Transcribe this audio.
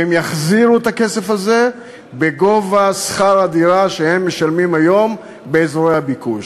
והם יחזירו את הכסף הזה בגובה שכר הדירה שהם משלמים היום באזורי הביקוש.